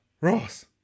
Ross